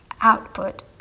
output